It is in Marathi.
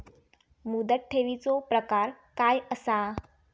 मुदत ठेवीचो प्रकार काय असा?